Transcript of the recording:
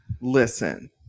Listen